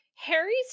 Harry's